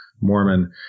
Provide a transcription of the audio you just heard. Mormon